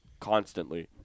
Constantly